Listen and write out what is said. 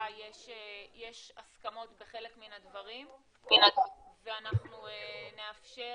יש הסכמות בחלק מן הדברים ואנחנו נאפשר